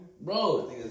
bro